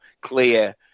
clear